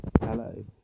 Hello